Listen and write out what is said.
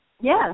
Yes